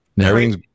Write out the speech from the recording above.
Everything's